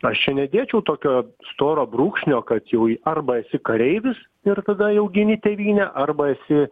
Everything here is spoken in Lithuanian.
aš čia nedėčiau tokio storo brūkšnio kad jau arba esi kareivis ir tada jau gini tėvynę arba esi